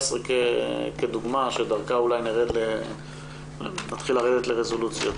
כדוגמה דרכה אולי נתחיל לרדת לרזולוציות.